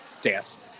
dance